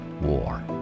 War